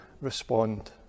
respond